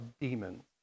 demons